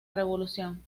revolución